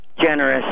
Generous